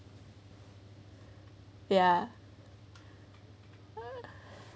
ya